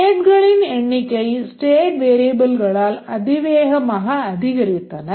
stateகளின் எண்ணிக்கை ஸ்டேட் வேரியபில்களால் அதிவேகமாக அதிகரித்தன